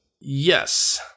Yes